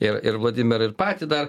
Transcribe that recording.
ir ir vladimirą ir patį dar